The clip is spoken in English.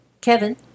Kevin